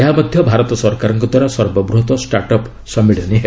ଏହା ମଧ୍ୟ ଭାରତ ସରକାରଙ୍କଦ୍ୱାରା ସର୍ବବୃହତ୍ 'ଷ୍ଟାର୍ଟ ଅପ୍ ସମ୍ମିଳନୀ' ହେବ